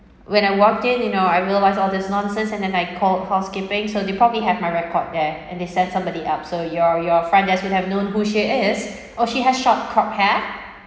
when I walked in you know I realised all these nonsense and then I called housekeeping so they probably have my record there and they sent somebody up so your your friend they should have known who she is oh she has short curly hair